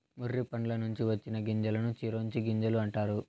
మొర్రి పండ్ల నుంచి వచ్చిన గింజలను చిరోంజి గింజలు అంటారు